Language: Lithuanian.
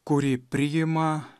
kuri priima